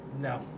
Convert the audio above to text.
No